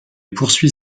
poursuit